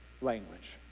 language